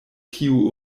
tiu